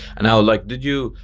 now like did you,